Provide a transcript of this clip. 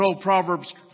Proverbs